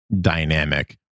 dynamic